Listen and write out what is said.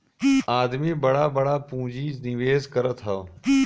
आदमी बड़ा बड़ा पुँजी निवेस करत हौ